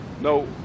No